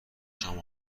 شام